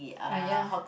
ah ya